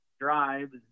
drives